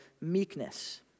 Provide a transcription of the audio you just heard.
meekness